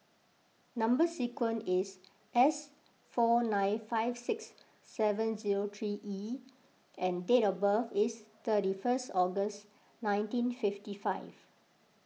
Number Sequence is S four nine five six seven zero three E and date of birth is thirty first August nineteen fifty five